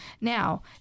Now